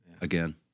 Again